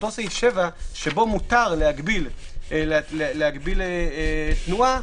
שבו מותר להגביל תנועה,